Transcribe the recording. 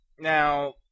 Now